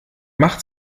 macht